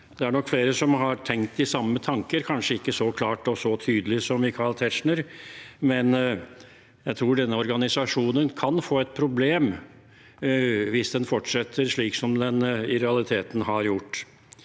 Det er nok flere som har tenkt de samme tanker, kanskje ikke så klart og tydelig som Michael Tetzschner, men jeg tror denne organisasjonen kan få et problem hvis den fortsetter slik som den i realiteten har gjort.